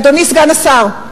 אדוני סגן השר,